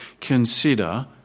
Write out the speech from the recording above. consider